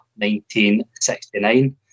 1969